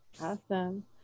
Awesome